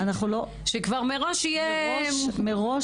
שכבר מראש יהיה --- מראש,